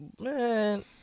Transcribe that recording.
Man